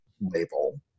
label